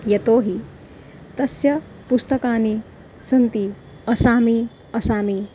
यतो हि तस्य पुस्तकानि सन्ति असामी असामी